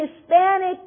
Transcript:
Hispanic